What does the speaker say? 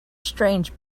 strange